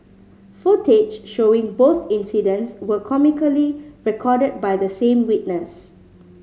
footage showing both incidents were comically recorded by the same witness